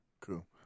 Cool